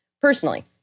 Personally